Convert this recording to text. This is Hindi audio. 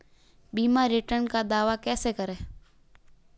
बीमा रिटर्न का दावा कैसे करें?